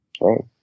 Right